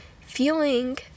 feeling